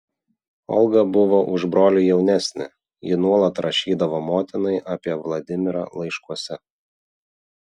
olga buvo už brolį jaunesnė ji nuolat rašydavo motinai apie vladimirą laiškuose